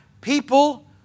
people